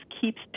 keeps